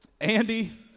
Andy